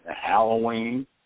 Halloween